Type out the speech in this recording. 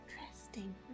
interesting